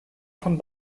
von